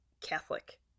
Catholic